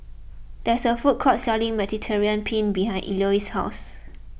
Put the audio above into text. there is a food court selling Mediterranean Penne behind Eloise's house